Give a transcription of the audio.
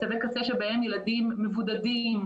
מצבי קצה בהם ילדים מבודדים,